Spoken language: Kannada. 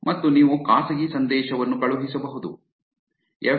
ಮತ್ತು ನೀವು ಖಾಸಗಿ ಸಂದೇಶವನ್ನು ಕಳುಹಿಸಬಹುದು ಎಫ್